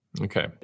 Okay